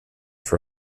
for